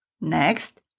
Next